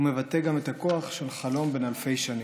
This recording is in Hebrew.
הוא מבטא גם את הכוח של חלום בן אלפי שנים.